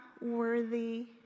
worthy